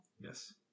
Yes